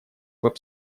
веб